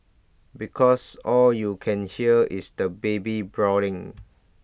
because all you can hear is the baby bawling